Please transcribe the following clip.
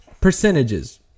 Percentages